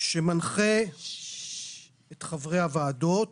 שמנחה את חברי הוועדות